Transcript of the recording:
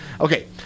Okay